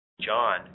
John